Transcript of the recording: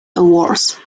awards